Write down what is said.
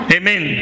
Amen